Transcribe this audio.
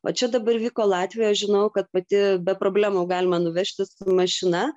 o čia dabar vyko latvijoj aš žinojau kad pati be problemų galima nuvežti su mašina